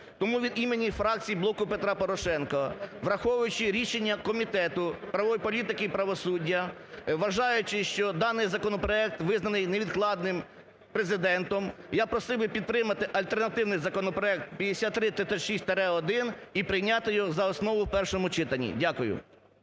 Тому від імені фракції "Блоку Петра Порошенка", враховуючи рішення Комітету правової політики і правосуддя, вважаючи, що даний законопроект визнаний невідкладним Президентом, я просив би підтримати альтернативний законопроект 5336-1 і прийняти його за основу в першому читанні. Дякую.